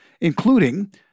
including